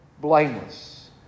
blameless